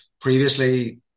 Previously